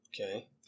Okay